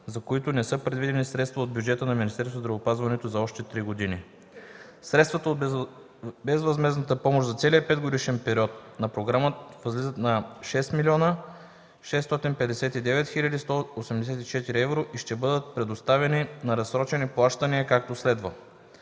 за които не са предвидени средства от бюджета на Министерството на здравеопазването за още три години. Средствата от безвъзмездната помощ за целия 5-годишен период на програмата възлиза на 6 млн. 659 хил. 184 евро и ще бъдат предоставяни на разсрочени плащания, както следва: